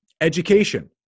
education